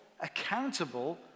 accountable